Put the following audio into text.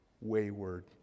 wayward